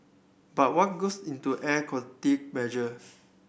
but what goes into air quality measure